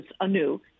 anew